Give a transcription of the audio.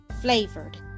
flavored